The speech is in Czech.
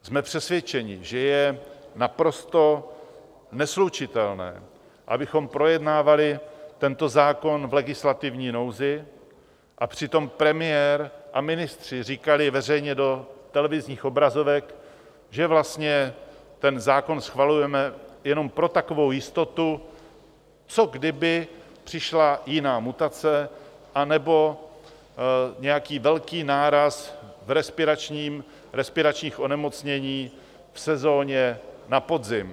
Jsme přesvědčeni, že je naprosto neslučitelné, abychom projednávali tento zákon v legislativní nouzi a přitom premiér a ministři říkali veřejně do televizních obrazovek, že vlastně ten zákon schvalujeme jenom pro takovou jistotu, co kdyby přišla jiná mutace anebo nějaký velký náraz v respiračních onemocněních v sezóně na podzim.